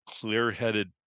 clear-headed